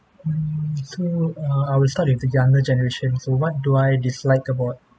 mm so uh I will start with the younger generation so what do I dislike about